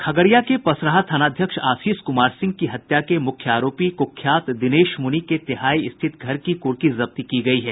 खगड़िया के पसराहा थानाध्यक्ष आशीष कुमार सिंह की हत्या के मुख्य आरोपी मामले में कुख्यात दिनेश मुनि के तेहाय स्थित घर की कुर्की जब्ती की गयी है